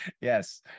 Yes